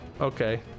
Okay